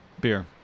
Beer